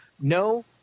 No